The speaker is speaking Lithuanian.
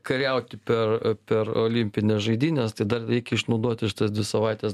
kariauti per per olimpines žaidynes tai dar reikia išnaudoti šitas dvi savaites